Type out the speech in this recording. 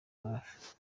hafi